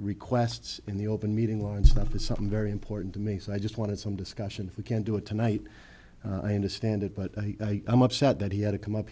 requests in the open meeting law and stuff is something very important to me so i just wanted some discussion if we can do it tonight i understand it but i am upset that he had to come up